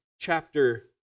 chapter